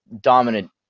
dominant